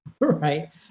right